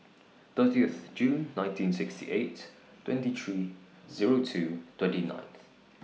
thirtieth June nineteen sixty eight twenty three Zero two twenty ninth